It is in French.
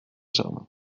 germain